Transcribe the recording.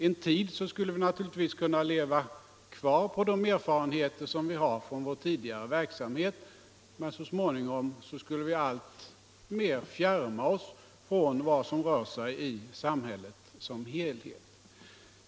En tid skulle vi naturligtvis kunna leva på de erfarenheter vi har från vår tidigare verksamhet, men så småningom skulle vi alltmer fjärma oss från vad som rör sig i samhället som helhet.